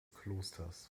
klosters